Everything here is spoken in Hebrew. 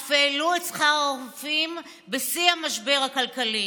אף העלו את שכר הרופאים בשיא המשבר הכלכלי.